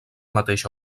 mateix